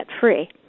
free